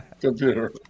computer